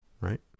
right